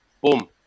boom